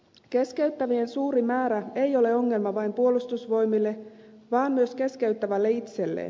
keskeyttävien suuri määrä ei ole ongelma vain puolustusvoimille vaan myös keskeyttävälle itselleen